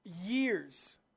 years